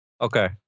Okay